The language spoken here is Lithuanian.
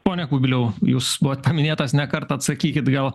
pone kubiliau jūs buvot paminėtas ne kartą atsakykit gal